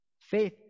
Faith